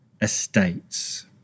estates